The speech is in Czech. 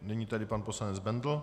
Nyní tedy pan poslanec Bendl.